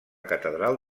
catedral